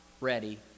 ready